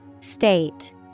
State